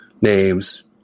names